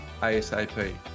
ASAP